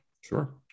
Sure